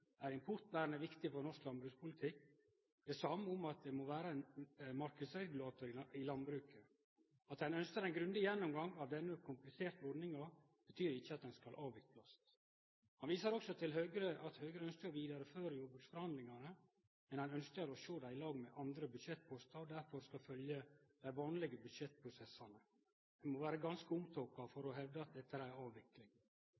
vere ein marknadsregulator i landbruket. At ein ønskjer ein grundig gjennomgang av denne kompliserte ordninga, betyr ikkje at ho skal avviklast. Han viste også til at Høgre ønskjer å vidareføre jordbruksforhandlingane, men ein ønskjer å sjå dei i lag med andre budsjettpostar og at dei derfor skal følgje dei vanlege budsjettprosessane. Ein må vere ganske omtåka